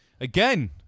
Again